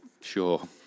sure